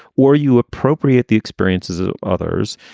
or you appropriate the experiences of others.